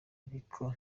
ariko